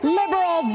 liberal